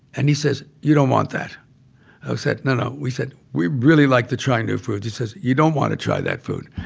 and he says, you don't want that. i ah said, no, no. we said, we really like to try new foods. he says, you don't want to try that food.